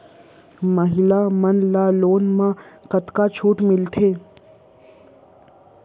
महिला मन ला लोन मा का छूट मिलथे?